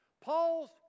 Paul's